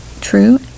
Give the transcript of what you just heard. true